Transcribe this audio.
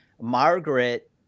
Margaret